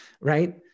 right